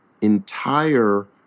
entire